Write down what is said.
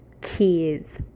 kids